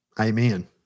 Amen